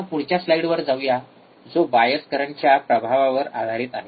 आता पुढच्या स्लाइडवर जाऊया जो बायस करंटच्या प्रभावावर आधारीत आहे